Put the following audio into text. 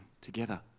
together